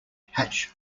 hatch